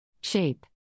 Shape